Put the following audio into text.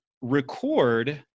record